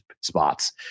spots